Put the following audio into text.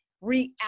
react